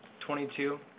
22